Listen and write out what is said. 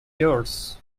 yours